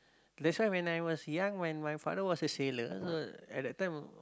that's why when I was young when my father was a sailor at that time